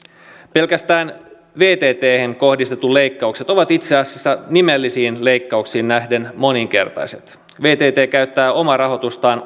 pelkästään vtthen kohdistetut leikkaukset ovat itse asiassa nimellisiin leikkauksiin nähden moninkertaiset vtt käyttää omarahoitustaan